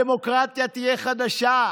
הדמוקרטיה תהיה חלשה,